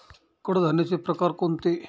कडधान्याचे प्रकार कोणते?